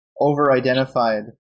over-identified